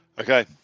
Okay